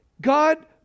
God